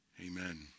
Amen